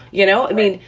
you know, i mean,